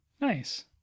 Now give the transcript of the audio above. nice